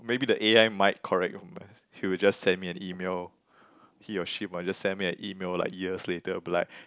maybe the a_i might correct he will just send me an email he or she might just send me an email like years later I'll be like